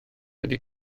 ydy